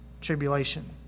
tribulation